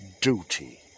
duty